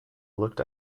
looked